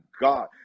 God